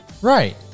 Right